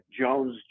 Jones